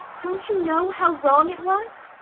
don't you know how wrong it was?